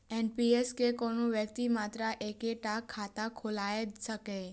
NPS मे कोनो व्यक्ति मात्र एक्के टा खाता खोलाए सकैए